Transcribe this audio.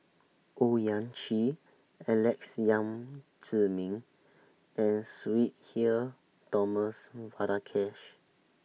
Owyang Chi Alex Yam Ziming and Sudhir Thomas Vadaketh